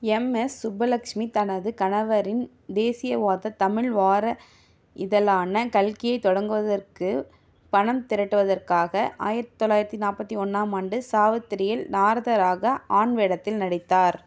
M S Subbulakshmi தனது கணவரின் தேசியவாத தமிழ் வார இதழான கல்கியைத் தொடங்குவதற்கு பணம் திரட்டுவதற்காக ஆயிரத்தி தொள்ளாயிரத்தி நாற்பத்தி ஒன்றாம் ஆண்டு சாவித்திரியில் நாரதராக ஆண் வேடத்தில் நடித்தார்